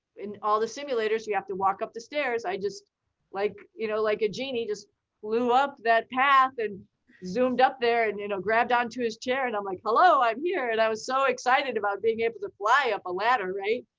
all the simulators. you have to walk up the stairs. i just like you know like a genie just flew up that path and zoomed up there and you know grabbed onto his chair and i'm like, hello, i'm here, and i was so excited about being able to fly up a ladder, right.